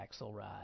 Axelrod